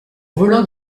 volant